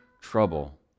trouble